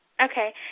Okay